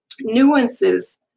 nuances